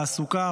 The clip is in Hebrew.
תעסוקה,